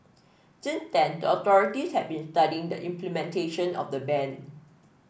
since then the authorities had been studying the implementation of the ban